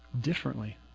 differently